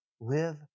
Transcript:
Live